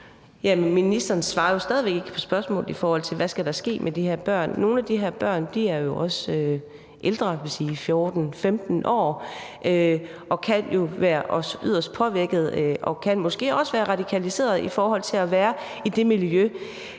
ministeren svarede jo stadig væk ikke på spørgsmålet om, hvad der skal ske med de her børn. Nogle af de her børn er jo lidt ældre, dvs. 14-15 år, og kan også være yderst påvirkede og måske også radikaliserede i forhold til at være i det miljø.